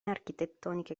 architettoniche